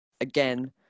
again